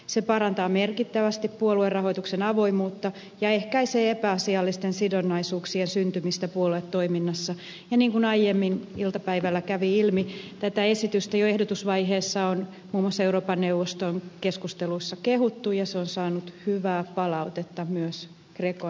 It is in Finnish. se parantaa merkittävästi puoluerahoituksen avoimuutta ja ehkäisee epäasiallisten sidonnaisuuksien syntymistä puoluetoiminnassa ja niin kuin aiemmin iltapäivällä kävi ilmi tätä esitystä jo ehdotusvaiheessa on muun muassa euroopan neuvoston keskusteluissa kehuttu ja se on saanut hyvää palautetta myös grecon asiantuntijoilta